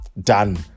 done